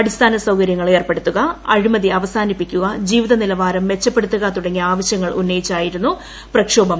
അടിസ്ഥാന സൌകര്യങ്ങൾ ഏർപ്പെടുത്തുക അഴിമതി അവസാനിപ്പിക്കുക ജീവിത നിലവാരം മെച്ചപ്പെടുത്തുക തുടങ്ങിയ ആവശ്യങ്ങൾ ഉന്നയിച്ചായിരുന്നു പ്രക്ഷോഭം